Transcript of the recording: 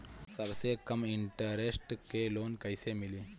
सबसे कम इन्टरेस्ट के लोन कइसे मिली?